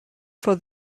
for